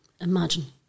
Imagine